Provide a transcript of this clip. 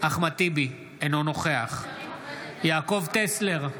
אחמד טיבי, אינו נוכח יעקב טסלר,